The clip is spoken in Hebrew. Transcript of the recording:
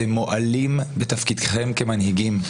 אתם מועלים בתפקידכם כמנהיגים.